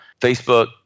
Facebook